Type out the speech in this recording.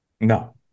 No